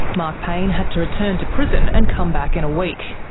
mark payne had to return to prison and come back in a week.